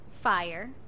fire